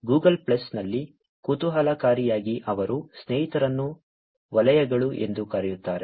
Google ಪ್ಲಸ್ನಲ್ಲಿ ಕುತೂಹಲಕಾರಿಯಾಗಿ ಅವರು ಸ್ನೇಹಿತರನ್ನು ವಲಯಗಳು ಎಂದು ಕರೆಯುತ್ತಾರೆ